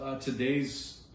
today's